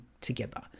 together